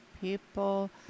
people